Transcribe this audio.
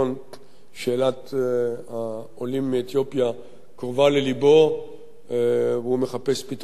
שאלת העולים מאתיופיה קרובה ללבו והוא מחפש פתרונות בראשו.